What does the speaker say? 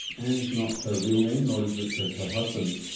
ann is not her real name nor is richard her husband's.